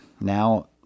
Now